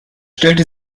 stellte